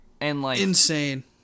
insane